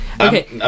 Okay